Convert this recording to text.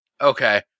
okay